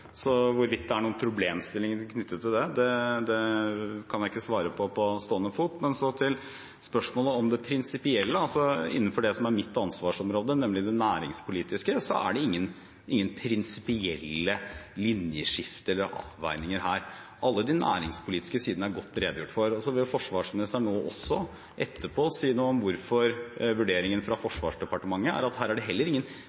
så hvorvidt det er noen problemstillinger knyttet til det, kan jeg ikke svare på på stående fot. Men så til spørsmålet om det prinsipielle: Innenfor det som er mitt ansvarsområde, nemlig det næringspolitiske, er det ikke noe prinsipielt linjeskifte eller noen prinsipielle avveininger her. Alle de næringspolitiske sidene er godt redegjort for. Så vil forsvarsministeren etterpå si noe om hvorfor vurderingen fra